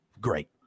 Great